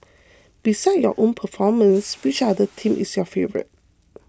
besides your own performance which other team is your favourite